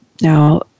Now